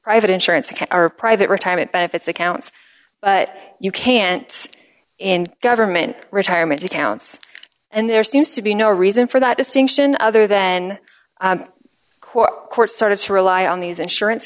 private insurance are private retirement benefits accounts but you can't in government retirement accounts and there seems to be no reason for that distinction other than core court started to rely on these insurance